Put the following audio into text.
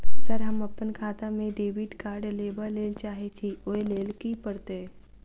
Sir हम अप्पन खाता मे डेबिट कार्ड लेबलेल चाहे छी ओई लेल की परतै?